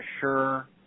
sure